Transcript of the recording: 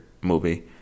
movie